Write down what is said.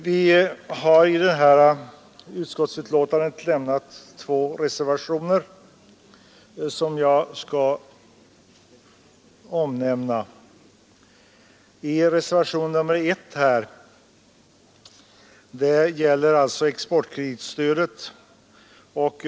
Till betänkandet har fogats två reservationer som jag skall beröra. Reservation 1 gäller exportkreditstödet.